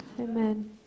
amen